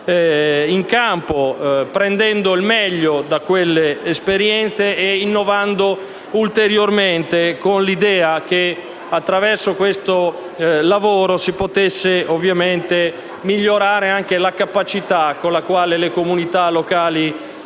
in campo, prendendo il meglio da quelle esperienze e innovando ulteriormente con l'idea che attraverso questo lavoro si possa migliorare anche la capacità con la quale le comunità locali